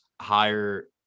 higher